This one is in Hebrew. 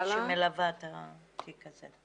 כן, שמלווה את התיק הזה.